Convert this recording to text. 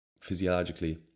physiologically